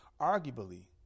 Arguably